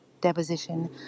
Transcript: deposition